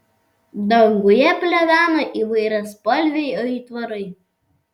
danguje plevena įvairiaspalviai aitvarai